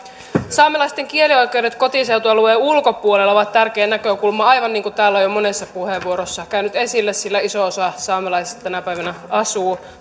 saamelaisten kielioikeudet kotiseutualueen ulkopuolella ovat tärkeä näkökulma aivan niin kuin täällä on jo monessa puheenvuorossa käynyt esille sillä iso osa saamelaisista tänä päivänä asuu